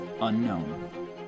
Unknown